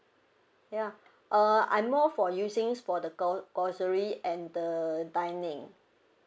ya uh I more for using for the gro~ grocery and the the dining